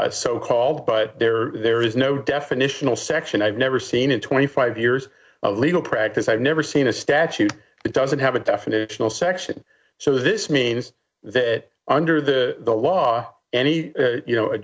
so called but there there is no definitional section i've never seen in twenty five years of legal practice i've never seen a statute it doesn't have a definitional section so this means that under the law any you know a